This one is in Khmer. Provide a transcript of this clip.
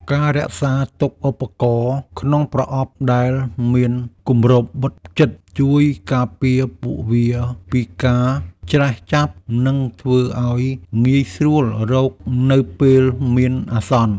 ការរក្សាទុកឧបករណ៍ក្នុងប្រអប់ដែលមានគម្របបិទជិត ជួយការពារពួកវាពីការច្រេះចាប់ និងធ្វើឱ្យងាយស្រួលរកនៅពេលមានអាសន្ន។